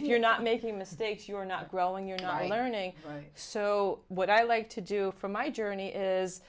if you're not making mistakes you're not growing you're not learning right so what i like to do for my journey is